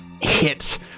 hit